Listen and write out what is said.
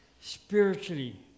spiritually